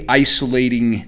isolating